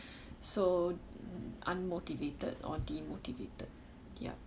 so unmotivated or demotivated ya